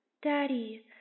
Daddy